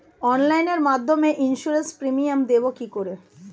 অনলাইনে মধ্যে insurance premium দেবো কি করে?